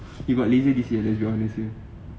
you got later this year let’s be honest sia